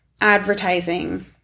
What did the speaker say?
advertising